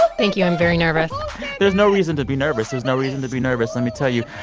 so thank you. i'm very nervous there's no reason to be nervous. there's no reason to be nervous. let me tell you.